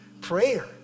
prayer